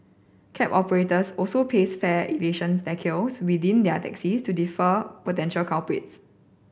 cab operators also paste fare evasion decals within their taxis to defer potential culprits